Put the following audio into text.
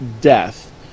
death